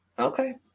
Okay